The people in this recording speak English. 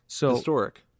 Historic